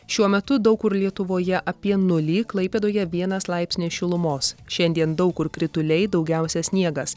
šiuo metu daug kur lietuvoje apie nulį klaipėdoje vienas laipsnis šilumos šiandien daug kur krituliai daugiausia sniegas